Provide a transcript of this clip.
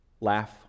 laugh